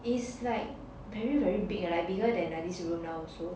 it's like very very big like bigger than like this room now also